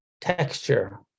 texture